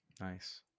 Nice